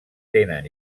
tenen